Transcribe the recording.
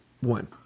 one